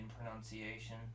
pronunciation